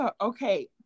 Okay